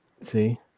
see